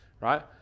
right